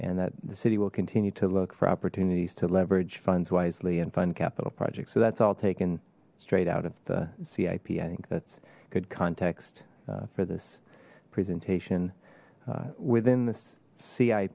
and that the city will continue to look for opportunities to leverage funds wisely and fund capital projects so that's all taken straight out of the cip i think that's good context for this presentation within th